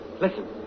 Listen